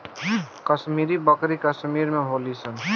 कश्मीरी बकरी कश्मीर में होली सन